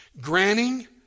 granting